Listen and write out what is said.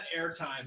airtime